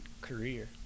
career